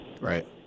Right